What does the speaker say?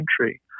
country